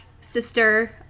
sister